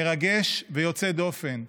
מרגש ויוצא דופן,